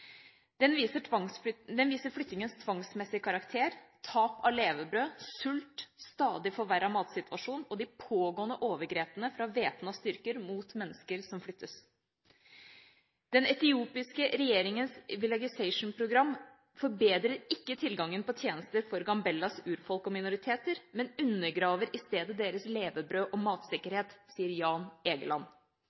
Den viser flyttingens tvangsmessige karakter, tap av levebrød, sult, stadig forverret matsituasjon og de pågående overgrepene fra væpnede styrker mot mennesker som flyttes. Den etiopiske regjeringens «villagization»-program forbedrer ikke tilgangen på tjenester for Gambellas urfolk og minoriteter, men undergraver i stedet deres levebrød og matsikkerhet, sier Jan Egeland.